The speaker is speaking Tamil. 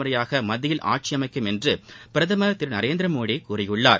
முறையாக மத்தியில் ஆட்சி அமைக்கும் என்று பிரதமர் திரு நரேந்திரமோடி கூறியுள்ளார்